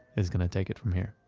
is gonna take it from here.